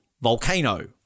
volcano